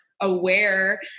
aware